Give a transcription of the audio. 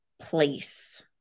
place